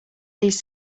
these